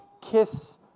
kiss